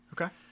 Okay